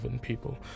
people